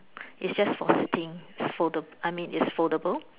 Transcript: is just for sitting it's folda I mean it's foldable